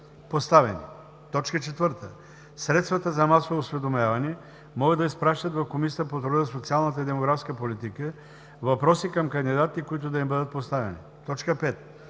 поставени. 4. Средствата за масово осведомяване могат да изпращат в Комисията по труда, социалната и демографската политика въпроси към кандидатите, които да им бъдат поставени. 5.